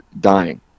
dying